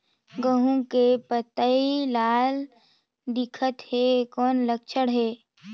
गहूं के पतई लाल दिखत हे कौन लक्षण हे?